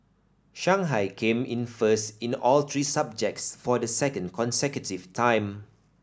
Shanghai came in first in all three subjects for the second consecutive time